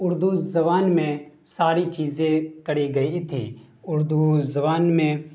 اردو زبان میں سری چیزیں کری گئی تھی اردو زبان میں